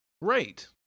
Right